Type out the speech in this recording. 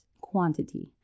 quantity